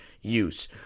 use